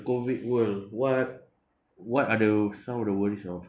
COVID world what what are the some of the worries of